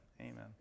Amen